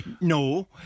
No